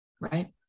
right